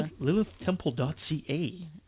LilithTemple.ca